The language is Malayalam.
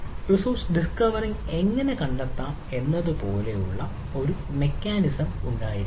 റിസോഴ്സ് ഡിസ്കവറിംഗ് എങ്ങനെ കണ്ടെത്താം എന്നതുപോലുള്ള ഒരു മെക്കാനിസം ഉണ്ടായിരിക്കണം